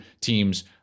teams